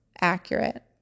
accurate